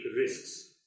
risks